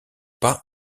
pas